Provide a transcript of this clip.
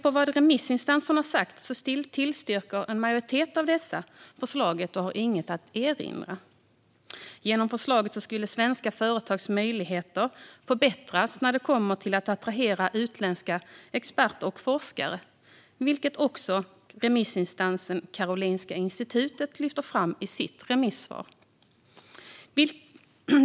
Bland remissinstanserna tillstyrker en majoritet förslaget eller har inget att erinra. Genom förslaget skulle svenska företags möjligheter förbättras när det gäller att attrahera utländska experter och forskare, vilket också remissinstansen Karolinska institutet lyfter fram i sitt remissvar.